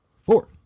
four